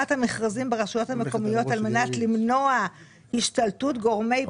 המכרזים ברשויות המקומיות על מנת למנוע השתלטות גורמי פשיעה".